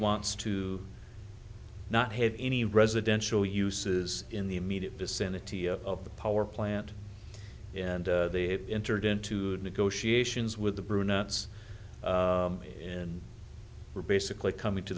wants to not have any residential uses in the immediate vicinity of the power plant and they have entered into negotiations with the brunettes and we're basically coming to